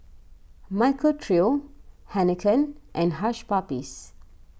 Michael Trio Heinekein and Hush Puppies